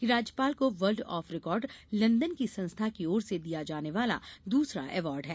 यह राज्यपाल को वर्ल्ड आफ रिकार्ड लंदन की संस्था की ओर से दिया जाने वाला दूसरा अवार्ड है